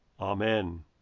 Amen